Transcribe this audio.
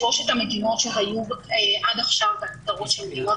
שלושת המדינות שהיו עד עכשיו בהגדרות של מדינות